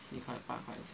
七块半蛮少